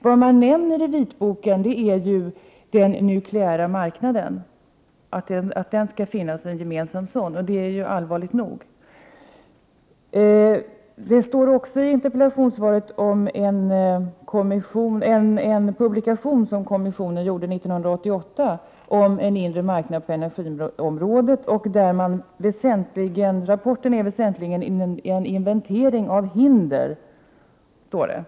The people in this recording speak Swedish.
Vad vitboken nämner är att det skall finnas en gemensam nukleär marknad, och det är ju illa nog. I interpellationssvaret står det också om en publikation som kommissionen presenterade 1988 om en inre marknad på energiområdet. Rapporten är väsentligen en inventering av hinder, står det.